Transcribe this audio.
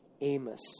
Amos